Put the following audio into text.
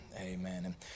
Amen